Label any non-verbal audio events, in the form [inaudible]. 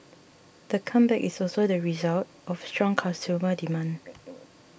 the comeback is also the result of strong consumer demand [noise]